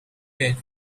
pit